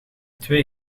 twee